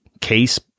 case